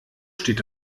steht